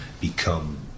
become